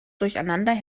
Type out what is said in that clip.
durcheinander